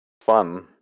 fun